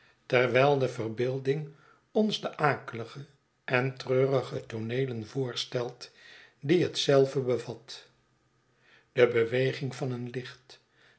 terwijl de verbeelding ons de akelige en treurige tooneelen voorstelt die hetzelve bevat de beweging van een licht